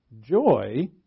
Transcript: Joy